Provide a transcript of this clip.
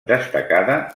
destacada